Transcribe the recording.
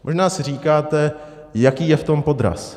Možná si říkáte, jaký je v tom podraz.